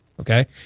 Okay